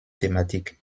thématique